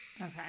Okay